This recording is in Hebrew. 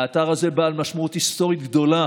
האתר הזה בעל משמעות היסטורית גדולה,